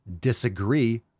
disagree